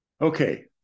Okay